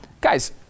Guys